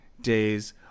days